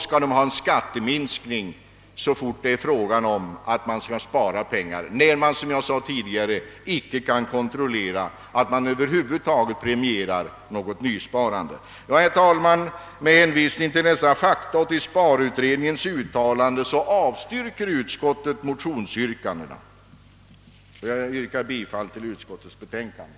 Rätta sättet däremot är inte att ge folk en skatteminskning för att stimulera sparviljan, när man icke kan kontrollera att man därigenom premierar något nysparande över huvud taget. Med hänvisning till dessa fakta och till lönsparutredningens uttalande avstyrker utskottet motionsyrkandena. Jag yrkar bifall till utskottets hemställan.